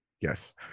yes